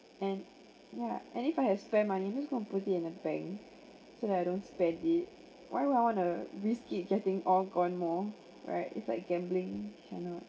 and yeah and if I have spare money I'm just going to put it in the bank so that I don't spend it why would I want to risk it getting all gone more right it's like gambling cannot